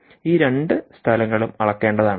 ഈ രണ്ട് സ്ഥലങ്ങളും അളക്കേണ്ടതാണ്